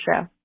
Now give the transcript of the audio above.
show